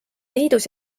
liidus